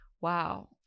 Wow